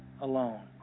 alone